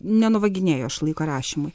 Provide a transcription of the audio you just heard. nenuvaginėju aš laiko rašymui